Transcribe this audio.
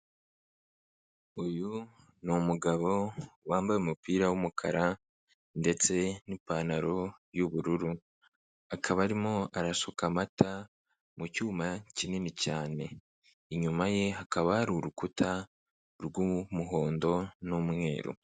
Uyu ni umugabo wambaye umupira w'umukara ndetse n'ipantaro y'ubururu, akaba arimo arasuka amata mu cyuma kinini cyane, inyuma ye hakaba hari urukuta rw'umuhondo n'umweru.